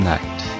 Night